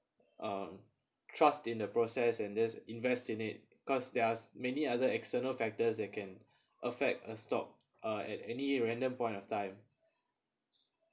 um trust in the process and this invest in it because there's many other external factors that can affect a stock uh at any random point of time